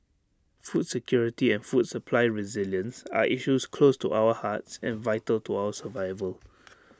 food security and food supply resilience are issues close to our hearts and vital to our survival